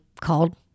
called